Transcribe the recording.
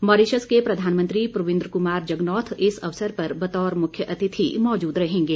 Mauritius के प्रधानमंत्री प्रविन्द क्मार जगनॉथ इस अवसर पर बतौर मुख्य अतिथि मौजूद रहेंगे